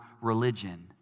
religion